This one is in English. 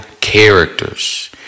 characters